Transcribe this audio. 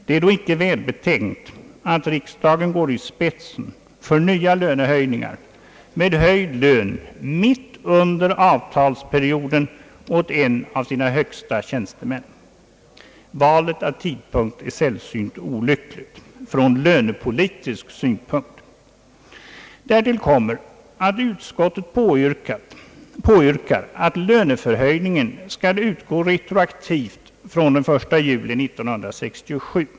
Det är då icke välbetänkt att riksdagen går i spetsen för nya löneförhöjningar med höjd lön mitt under avtalsperioden åt en av sina högsta tjänstemän. Valet av tidpunkt är sällsynt olyckligt från lönepolitisk synpunkt. Därtill kommer, att utskottet påyrkar att löneförhöjningen skall utgå retroaktivt från den 1 juli 1967.